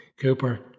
Cooper